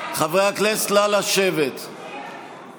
תוספת היוקר והחלתה על כלל העובדים במדינת ישראל.